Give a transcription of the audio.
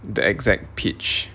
the exact pitch